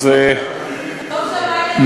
איזה יופי, לא ידענו.